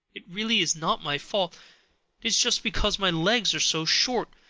it really is not my fault it is just because my legs are so short.